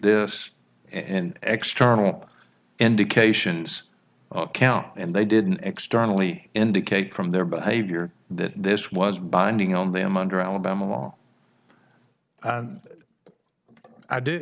this and external indications count and they didn't x donnelly indicate from their behavior that this was binding on them under alabama law i do